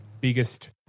biggest